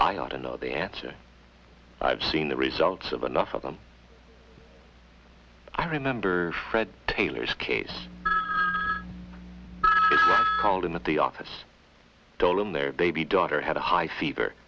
i ought to know the answer i've seen the results of enough of them i remember fred taylor's case called in that the office told him their baby daughter had a high fever